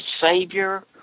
Savior